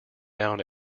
down